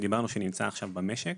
שנמצא עכשיו במשק.